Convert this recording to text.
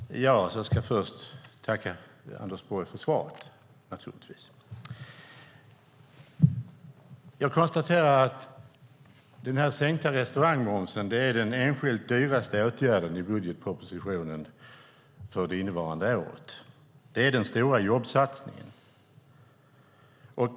Herr talman! Jag ska först tacka Anders Borg för svaret. Jag konstaterar att den sänkta restaurangmomsen är den enskilt dyraste åtgärden i budgetpropositionen för det innevarande året. Det är den stora jobbsatsningen.